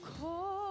call